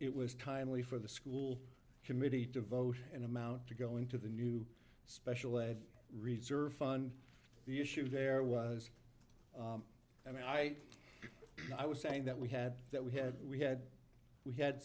it was timely for the school committee to vote in amount to go into the new special a reserve fund the issue there was i mean right i was saying that we had that we had we had we had